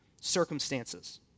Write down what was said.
circumstances